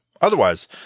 Otherwise